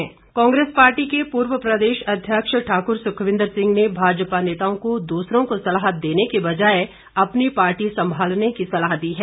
Sukhvinder Sukhu Congress party के पूर्व प्रदेश अध्यक्ष ठाकुर सुखविंदर सिंह ने भाजपा नेताओं को दूसरों को सलाह देने की बजाए अपनी पार्टी सम्भालने की सलाह दी है